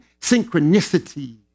synchronicity